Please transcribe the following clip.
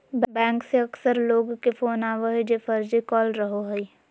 bank से अक्सर लोग के फोन आवो हइ जे फर्जी कॉल रहो हइ